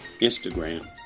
Instagram